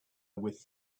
with